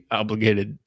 obligated